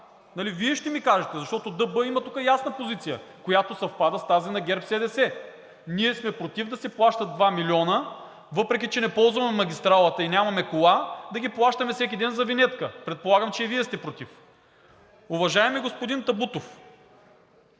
Вие ще ми кажете, защото ДБ тука има ясна позиция, която съвпада с тази на ГЕРБ-СДС. Ние сме против да се плащат 2 милиона, въпреки че не ползваме магистралата и нямаме кола, да ги плащаме всеки ден за винетка. Предполагам, че и Вие сте против. Уважаеми господин Табутов,